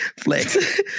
Flex